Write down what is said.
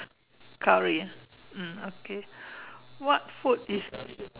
curry ah mm okay what food is